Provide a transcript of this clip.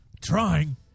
Trying